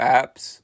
apps